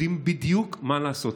יודעים בדיוק מה לעשות.